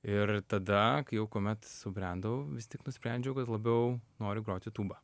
ir tada kai jau kuomet subrendau vis tik nusprendžiau kad labiau noriu groti tūba